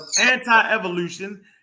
anti-evolution